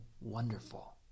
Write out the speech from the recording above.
wonderful